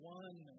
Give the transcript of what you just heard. one